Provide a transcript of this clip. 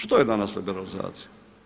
Što je danas liberalizacija?